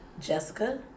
Jessica